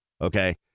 okay